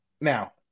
Now